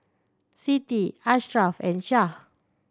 Siti Ashraff and Syah